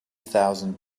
thousand